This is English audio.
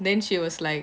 then she was like